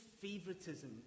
favoritism